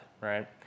right